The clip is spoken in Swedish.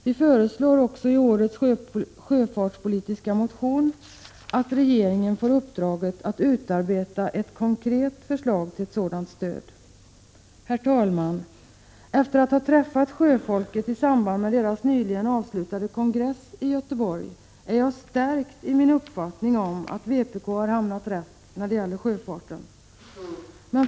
Vi föreslår även i årets sjöfartspolitiska motion att regeringen får uppdraget att utarbeta ett konkret — Prot. 1986/87:127 förslag till ett sådant stöd. 20 maj 1987 Herr talman! Efter att ha träffat sjöfolket i samband med dess nyligen avslutade kongress i Göteborg är jag stärkt i min uppfattning att vpk har hamnat rätt när det gäller sjöfarten.